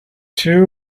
two